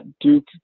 Duke